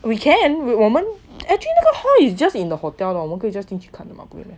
we can 我们 actually 那个 hall is just in the hotel lor 我们可以 just 进去去看